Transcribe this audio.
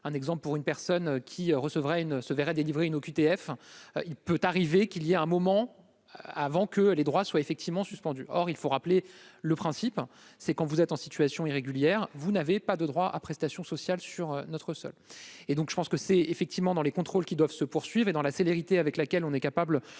un exemple : pour une personne qui recevrait une se verraient délivrer une OQTF, il peut arriver qu'il y a un moment avant que les droits soient effectivement suspendu, or il faut rappeler le principe c'est quand vous êtes en situation irrégulière, vous n'avez pas de droits à prestations sociales sur notre sol et donc je pense que c'est effectivement dans les contrôles qui doivent se poursuivent et dans la célérité avec laquelle on est capable de